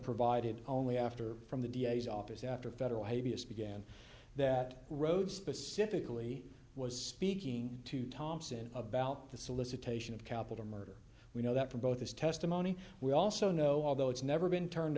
provided only after from the d a s office after a federal hate b s began that road specifically was speaking to thompson about the solicitation of capital murder we know that from both his testimony we also know although it's never been turned